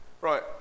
Right